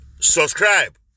Subscribe